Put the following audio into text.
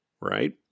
right